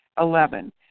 Eleven